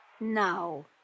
Now